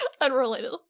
Unrelated